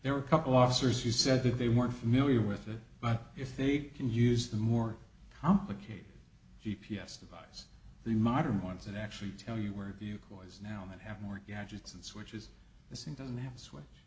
there were a couple officers who said that they weren't familiar with it but if they can use the more complicated g p s device the modern ones that actually tell you where if you call is now and have more gadgets and switches this in doesn't have a switch